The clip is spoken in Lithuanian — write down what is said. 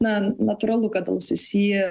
na natūralu kad al sisi